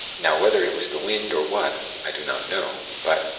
now whether it was the wind, or what, i do not know but,